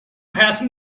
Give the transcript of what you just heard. passing